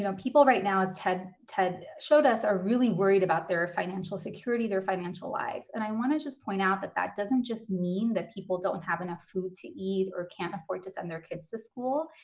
people right now, as ted ted showed us, are really worried about their financial security, their financial lives. and i wanna just point out that that doesn't just mean that people don't have enough food to eat or can't afford to send their kids to school.